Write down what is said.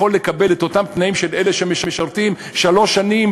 לקבל את אותם תנאים של אלה שמשרתים שלוש שנים,